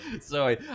Sorry